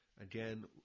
again